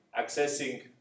accessing